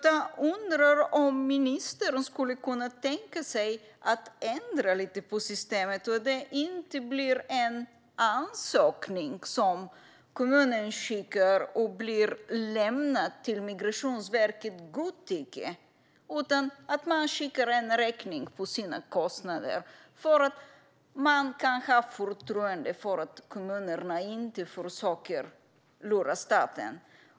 Jag undrar om ministern skulle kunna tänka sig att ändra lite på systemet så att kommunerna inte ska skicka in en ansökan som lämnas till Migrationsverkets godtycke utan att man i stället skickar en räkning på sina kostnader. Man kan ha förtroende för att kommunerna inte försöker lura staten.